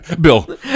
Bill